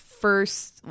first